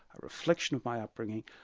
a reflection of my upbringing,